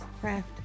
craft